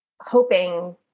hoping